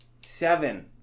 Seven